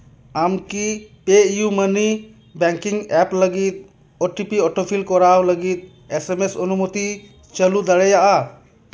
ᱟᱢᱠᱤ ᱯᱮ ᱤᱭᱩᱢᱟᱹᱱᱤ ᱵᱮᱝᱠᱤᱝ ᱮᱯ ᱞᱟᱹᱜᱤᱫ ᱳ ᱴᱤ ᱯᱤ ᱚᱴᱳᱯᱷᱤᱞ ᱠᱚᱨᱟᱣ ᱞᱟᱹᱜᱤᱫ ᱮᱥᱮᱢᱮᱥ ᱚᱱᱩᱢᱚᱛᱤ ᱪᱟᱹᱞᱩ ᱫᱟᱲᱮᱭᱟᱜᱼᱟ